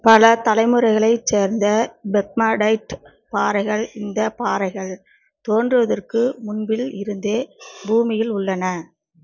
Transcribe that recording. பல தலைமுறைகளைச் சேர்ந்த பெக்மடைட் பாறைகள் இந்தப் பாறைகள் தோன்றுவதற்கு முன்பில் இருந்தே பூமியில் உள்ளன